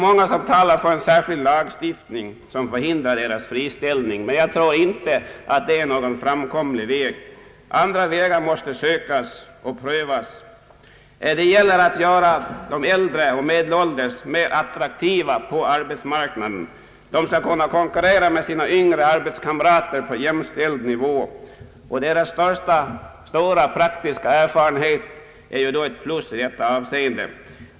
Många talar för en särskild lagstiftning som förhindrar deras friställning, men jag tror inte att det är någon framkomlig väg. Andra vägar måste sökas och prövas. Det gäller ati göra de äldre och medelålders mer attraktiva på arbetsmarknaden. De skall kunna konkurrera med sina yngre arbetskamrater på jämställd nivå, och deras stora praktiska erfarenhet är då ett plus i detta avseende.